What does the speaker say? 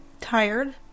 Tired